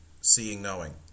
seeing-knowing